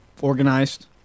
organized